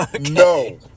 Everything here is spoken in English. No